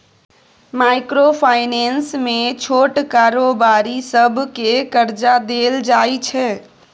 micro finance मे छोट कारोबारी सबकेँ करजा देल जाइ छै